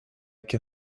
can